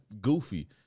goofy